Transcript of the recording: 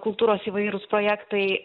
kultūros įvairūs projektai